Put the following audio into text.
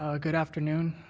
ah good afternoon,